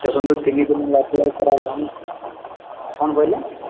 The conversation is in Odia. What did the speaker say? ଦେଖନ୍ତୁ ତିନିଦିନ ହେଲା ଆପ୍ଳାଏ କରା ହେଲାଣି କ'ଣ କହିଲେ